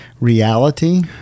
reality